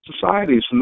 societies